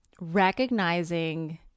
recognizing